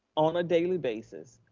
on a daily basis,